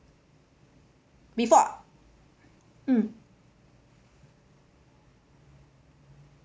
before mm